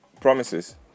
promises